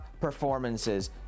performances